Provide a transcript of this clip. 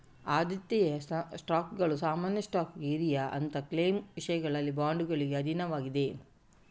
ಆದ್ಯತೆಯ ಸ್ಟಾಕ್ಗಳು ಸಾಮಾನ್ಯ ಸ್ಟಾಕ್ಗೆ ಹಿರಿಯ ಆದರೆ ಕ್ಲೈಮ್ನ ವಿಷಯದಲ್ಲಿ ಬಾಂಡುಗಳಿಗೆ ಅಧೀನವಾಗಿದೆ